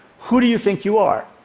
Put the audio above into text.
who do you think you are?